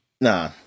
Nah